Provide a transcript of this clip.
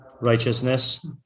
righteousness